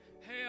hey